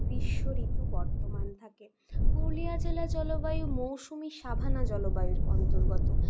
গ্রীষ্ম ঋতু বর্তমান থাকে পুরুলিয়া জেলার জলবায়ু মৌসুমি সাভানা জলবায়ুর অন্তর্গত